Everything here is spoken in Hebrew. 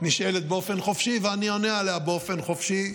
נשאלת באופן חופשי ואני אענה עליה באופן חופשי,